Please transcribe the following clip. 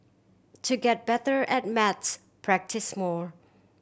to get better at maths practise more